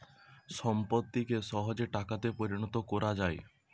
সম্পত্তিকে সহজে টাকাতে পরিণত কোরা যায়